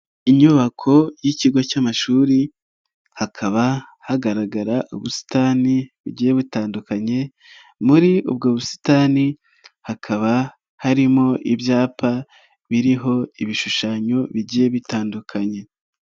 Inyubako y'ikigo cy'amashuri hakaba hagaragara ubusitani bugiye butandukanye, muri ubwo busitani hakaba harimo ibyapa biriho ibishushanyo bigiye bitandukanye.